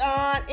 on